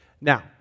Now